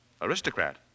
Aristocrat